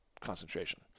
concentration